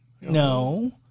no